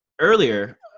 Earlier